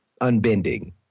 unbending